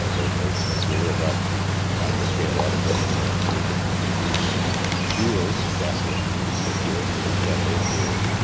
ah they're very sincere about trying to scale up and see if we can produce fuels, gasoline, diesel fuel, maybe jet a fuel,